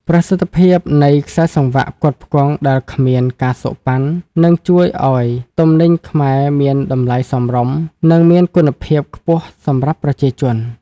ប្រសិទ្ធភាពនៃខ្សែសង្វាក់ផ្គត់ផ្គង់ដែលគ្មាន ការសូកប៉ាន់ នឹងជួយឱ្យទំនិញខ្មែរមានតម្លៃសមរម្យ និងមានគុណភាពខ្ពស់សម្រាប់ប្រជាជន។